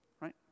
Right